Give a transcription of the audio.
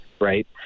right